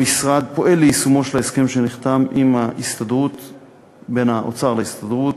המשרד פועל ליישומו של ההסכם שנחתם בין האוצר להסתדרות